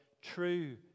true